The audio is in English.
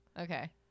Okay